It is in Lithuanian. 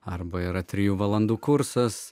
arba yra trijų valandų kursas